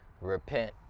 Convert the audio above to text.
repent